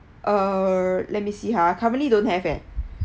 err let me see ha currently don't have eh